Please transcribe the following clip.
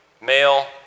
male